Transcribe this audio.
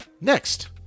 Next